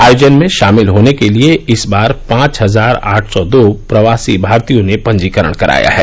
आयोजन में शामिल होने के लिये इस बार पांच हज़ार आठ सौ दो प्रवासी भारतीयों ने पंजीकरण कराया है